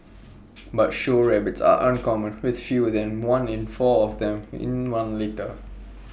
but show rabbits are uncommon with fewer than one in four of them in one litter